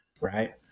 right